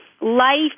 life